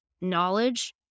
knowledge